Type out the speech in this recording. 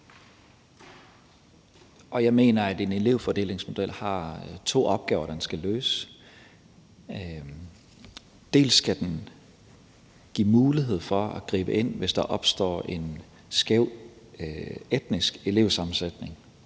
Jeg mener, at en elevfordelingsmodel har to opgaver, den skal løse: Dels skal den give mulighed for at gribe ind, hvis der opstår en skæv etnisk elevsammensætning